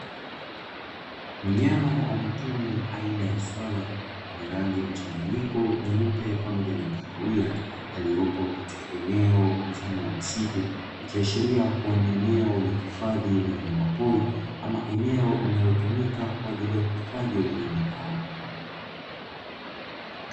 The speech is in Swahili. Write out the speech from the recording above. Mnyama wa mwituni aina ya swala mwenye rangi mchanganyiko nyeupe pamoja na kahawia aliyopo katika eneo mfano wa msitu, ikiashiria kuwa ni eneo la hifadhi la wanyamapori ama eneo linalotumika kwa ajili ya uhifadhi wa wanyama hao.